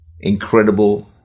incredible